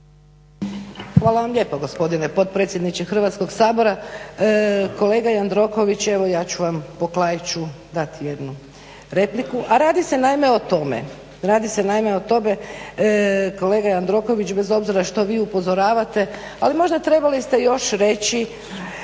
Hvala vam lijepo gospodine potpredsjedniče Hrvatskog sabora. Kolega Jandroković evo ja ću vam po Klaiću dati jednu repliku, a radi se naime o tome kolega Jandroković bez obzira što vi upozoravate ali možda trebali ste još reći